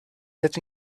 let